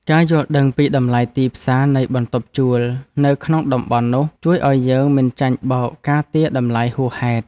ការយល់ដឹងពីតម្លៃទីផ្សារនៃបន្ទប់ជួលនៅក្នុងតំបន់នោះជួយឱ្យយើងមិនចាញ់បោកការទារតម្លៃហួសហេតុ។